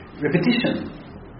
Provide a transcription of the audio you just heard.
repetition